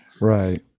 right